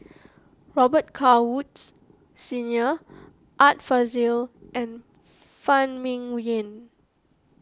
Robet Carr Woods Senior Art Fazil and Phan Ming Yen